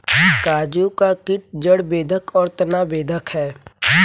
काजू का कीट जड़ बेधक और तना बेधक है